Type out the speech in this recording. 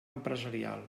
empresarial